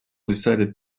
decided